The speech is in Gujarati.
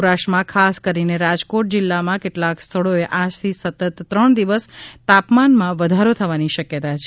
સૌરાષ્ટ્રમાં ખાસ કરીને રાજકોટ જીલ્લામાં કેટલાક સ્થળોએ આજથી સતત ત્રણ દિવસ તાપમાનમા વધારો થવાની શક્યતા છે